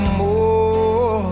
more